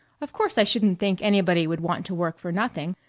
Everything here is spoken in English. of course i shouldn't think anybody would want to work for nothing.